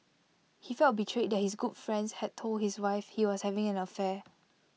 he felt betrayed that his good friend had told his wife he was having an affair